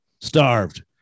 Starved